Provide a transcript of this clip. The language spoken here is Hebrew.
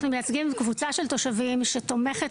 אנחנו מייצגים קבוצה של תושבים שתומכת